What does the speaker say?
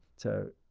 to,